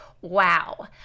Wow